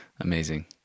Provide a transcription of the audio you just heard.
Amazing